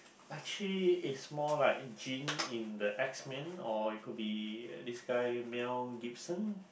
actually it's more like Jean in the X Men or it could be this guy Mel-Gibson